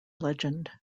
legend